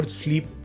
sleep